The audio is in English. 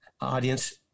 audience